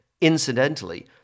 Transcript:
Incidentally